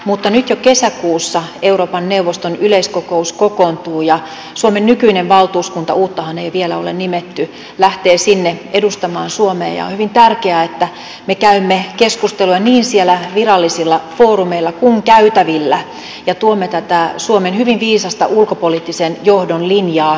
mutta nyt jo kesäkuussa euroopan neuvoston yleiskokous kokoontuu ja suomen nykyinen valtuuskunta uuttahan ei vielä ole nimetty lähtee sinne edustamaan suomea ja on hyvin tärkeää että me käymme keskustelua niin siellä virallisilla foorumeilla kuin käytävillä ja tuomme tätä suomen hyvin viisasta ulkopoliittisen johdon linjaa esille